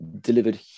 delivered